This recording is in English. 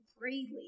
freely